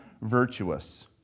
virtuous